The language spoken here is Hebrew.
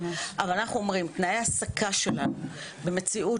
אבל אנחנו אומרים שתנאי ההעסקה שלנו במציאות